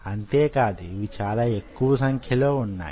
అంతే కాదు ఇవి చాలా ఎక్కువ సంఖ్యలో వున్నాయి